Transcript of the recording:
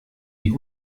die